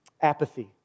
Apathy